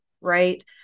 right